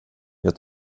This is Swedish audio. jag